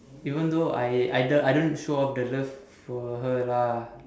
even though I I don't show off the love for her lah